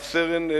רב-סרן,